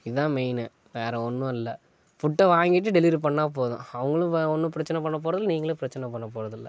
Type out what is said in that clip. இதான் மெயினு வேற ஒன்றும் இல்லைல ஃபுட்டை வாங்கிட்டு டெலிவரி பண்ணிணா போதும் அவங்களும் ஒன்றும் பிரச்சனை பண்ண போகிறதில்ல நீங்களும் பிரச்சனை பண்ண போகிறதில்ல